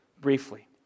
briefly